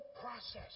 process